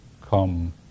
come